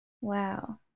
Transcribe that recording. Wow